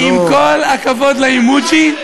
עם כל הכבוד לאימוג'י,